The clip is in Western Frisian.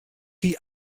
hie